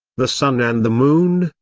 the sun and the moon,